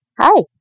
Hi